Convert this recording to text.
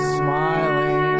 smiling